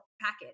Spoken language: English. package